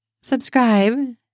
subscribe